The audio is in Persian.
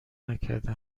نکرده